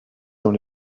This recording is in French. dans